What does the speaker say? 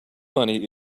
money